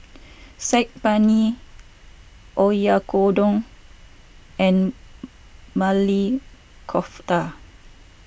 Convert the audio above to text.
Saag Paneer Oyakodon and Maili Kofta